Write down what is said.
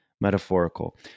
metaphorical